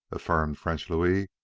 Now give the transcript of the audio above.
affirmed french louis.